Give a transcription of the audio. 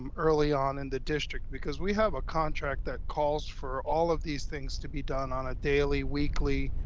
um early on in the district, because we have a contract that calls for all of these things to be done on a daily, weekly,